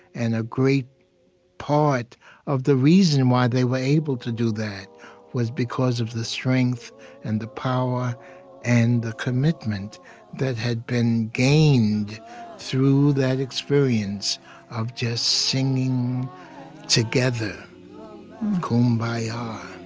and a great part of the reason why they were able to do that was because of the strength and the power and the commitment that had been gained through that experience of just singing together kum bah ya.